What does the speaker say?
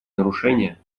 нарушения